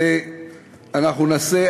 ואנחנו נעשה.